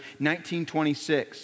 1926